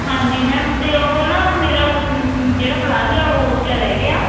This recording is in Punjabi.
ਹਾਂਜੀ ਮੈਮ ਅਤੇ ਉਹ ਨਾ ਮੇਰਾ ਉਹ ਜਿਹੜਾ ਪਲਾਜ਼ੋ ਹੈ ਉਹ ਉੱਚਾ ਰਹਿ ਗਿਆ